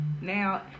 Now